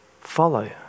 Follow